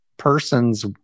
person's